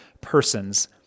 persons